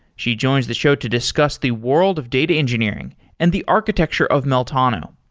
she joins the show to discuss the world of data engineering and the architecture of meltano.